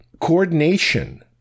coordination